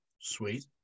Sweet